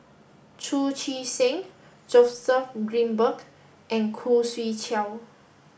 Chu Chee Seng Joseph Grimberg and Khoo Swee Chiow